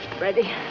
Ready